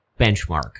benchmark